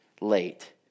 late